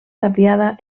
tapiada